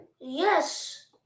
Yes